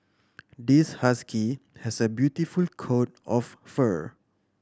this husky has a beautiful coat of fur